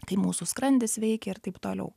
kai mūsų skrandis veikia ir taip toliau